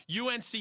UNC